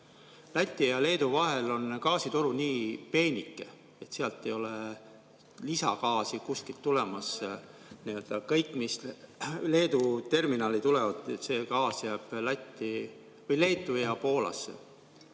Läti ja Leedu vahel on gaasitoru nii peenike, et sealt ei ole lisagaasi kuskilt tulemas. Kõik see gaas, mis Leedu terminali tuleb, jääb Leetu ja Poolasse.